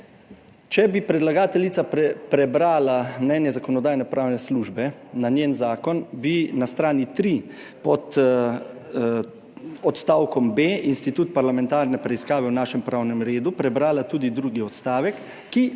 če bi predlagateljica prebrala mnenje Zakonodajno-pravne službe na njen zakon, bi na strani 3 pod odstavkom b, Institut parlamentarne preiskave v našem pravnem redu, prebrala tudi drugi odstavek, ki